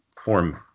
form